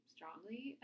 strongly